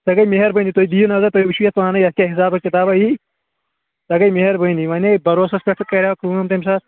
سۄ گٔے مہربٲنی تُہۍ دِیِو نظر تُہۍ وٕچھِو یَتھ پانَے یَتھ کیٛاہ حِسابَا کِتابا ییہِ سۄ گٔے مہربٲنی وۄنۍ ہے بروسَس پٮ۪ٹھ کَریو کٲم تَمہِ ساتہٕ